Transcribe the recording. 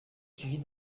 suivie